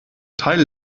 teil